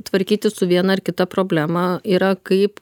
tvarkytis su viena ar kita problema yra kaip